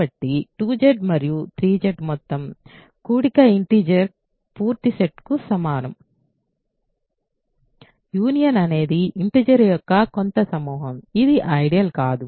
కాబట్టి 2Z మరియు 3Z మొత్తం కూడిక ఇంటిజర్ పూర్తి సెట్కు సమానం యూనియన్ అనేది ఇంటిజర్ యొక్క కొంత సమూహం ఇది ఐడియల్ కాదు